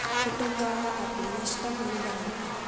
कुटुम्बाः अपि नष्टम् अनुभवन्ति